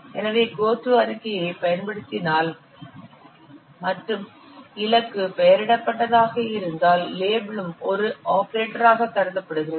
எனவே GOTO அறிக்கையைப் பயன்படுத்தினால் மற்றும் இலக்கு பெயரிடப்பட்டதாக இருந்தால் லேபிளும் ஒரு ஆபரேட்டராகக் கருதப்படுகிறது